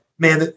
Man